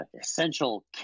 essential